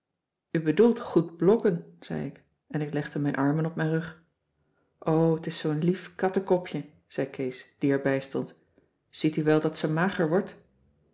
bedoelt goed blokken zei ik en ik legde mijn armen op mijn rug o t is zoo'n lief kattekopje zei kees die er bij stond ziet u wel dat ze mager wordt